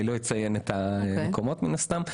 אני לא אציין את המקומות, מן הסתם.